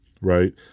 right